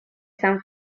san